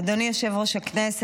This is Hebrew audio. אדוני יושב-ראש הישיבה,